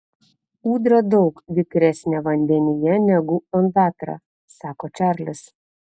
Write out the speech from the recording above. ūdra daug vikresnė vandenyje negu ondatra sako čarlis